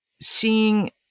seeing